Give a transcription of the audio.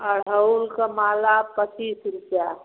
गुड़हल का माला पच्चीस रुपये